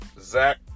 Zach